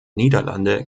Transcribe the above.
niederlande